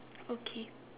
okay